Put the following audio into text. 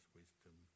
wisdom